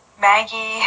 Maggie